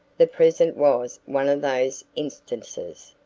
the present was one of those instances.